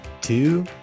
two